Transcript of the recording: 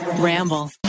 Ramble